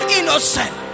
innocent